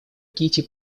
кити